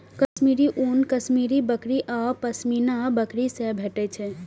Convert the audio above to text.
कश्मीरी ऊन कश्मीरी बकरी आ पश्मीना बकरी सं भेटै छै